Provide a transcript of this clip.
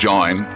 Join